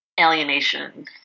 alienation